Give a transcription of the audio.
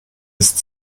ist